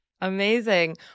Amazing